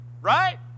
Right